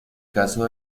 caso